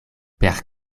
per